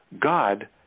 God